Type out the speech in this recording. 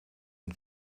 het